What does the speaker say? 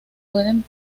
pueden